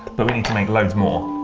but we need to make loads more.